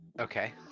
okay